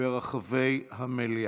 ברחבי המליאה.